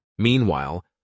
Meanwhile